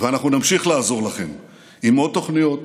ואנחנו נמשיך לעזור לכם עם עוד תוכניות,